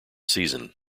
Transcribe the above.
season